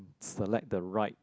select the right